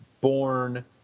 born